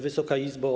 Wysoka Izbo!